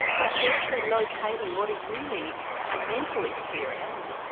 right so we're actually locating what is really a mental experience,